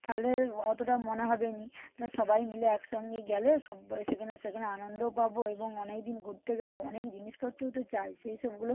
তাহলে অতটা মনে হবে না তাহলে সবাই মিলে একসঙ্গে গেলে সব্বাই সেখানে সেখানে আনন্দও পাব এবং অনেক দিন ঘুরতে গেলেও অনেক জিনিসপত্রও তো চাই সেই সবগুলো